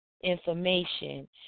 information